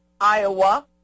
Iowa